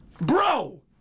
Bro